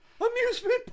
Amusement